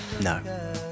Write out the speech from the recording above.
No